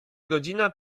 godzina